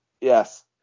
Yes